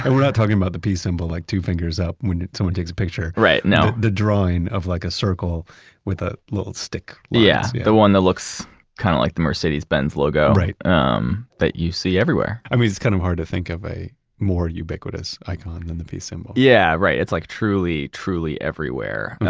we're not talking about the peace symbol like two fingers up when someone takes a picture right? no the drawing of like a circle with a little stick yeah. yeah the one that looks kind of like the mercedes benz logo right um that you see everywhere i mean it's kind of hard to think of a more ubiquitous icon than the peace symbol yeah, right. it's like truly, truly everywhere.